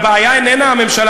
הבעיה איננה הממשלה,